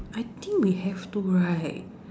I think we have to right